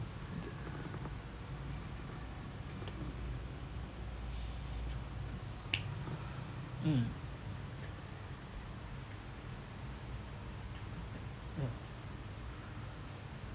mm ya